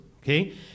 okay